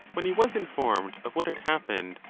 when he was informed of what had happened,